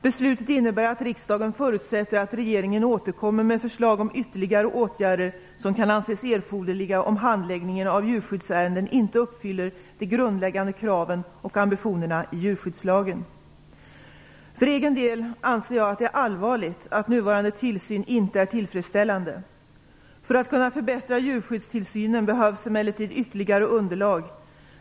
Beslutet innebär att riksdagen förutsätter att regeringen återkommer med förslag om ytterligare åtgärder som kan anses erforderliga om handläggningen av djurskyddsärenden inte uppfyller de grundläggande kraven och ambitionerna i djurskyddslagen. För egen del anser jag att det är allvarligt att nuvarande tillsyn inte är tillfredsställande. För att kunna förbättra djurskyddstillsynen behövs emellertid ytterligare underlag.